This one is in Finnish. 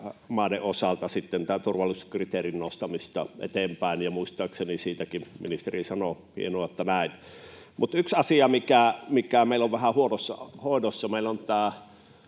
osalta turvallisuuskriteerin nostamisesta eteenpäin. Muistaakseni siitäkin ministeri sanoi. Hienoa, että näin. Mutta yksi asia, mikä meillä on vähän huonossa hoidossa,